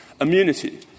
immunity